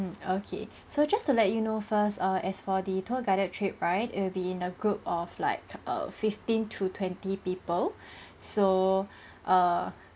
~(mm) okay so just to let you know first err as for the tour guided trip right it'll be in a group of like err fifteen to twenty people so err`